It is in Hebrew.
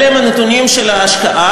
אלו הם הנתונים של ההשקעה.